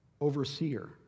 overseer